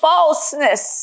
Falseness